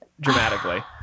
dramatically